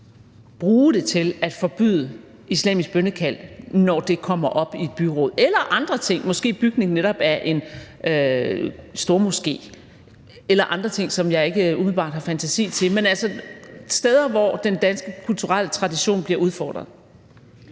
bruge det til at forbyde islamisk bønnekald, når det kommer op i et byråd, eller andre ting, måske bygning netop af en stormoské, eller andre ting, som jeg ikke umiddelbart har fantasi til at nævne. Men det er altså steder, hvor den danske kulturelle tradition bliver udfordret.